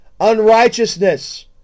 unrighteousness